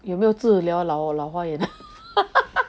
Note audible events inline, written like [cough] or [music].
有没有治疗老老花眼的 [laughs]